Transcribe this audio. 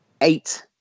eight